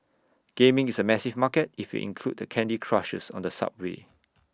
gaming is A massive market if you include the candy Crushers on the subway